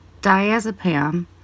diazepam